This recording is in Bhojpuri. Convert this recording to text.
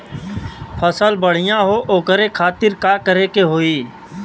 फसल बढ़ियां हो ओकरे खातिर का करे के होई?